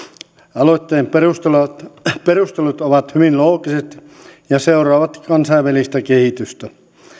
aloitteen perustelut perustelut ovat hyvin loogiset ja seuraavat kansainvälistä kehitystä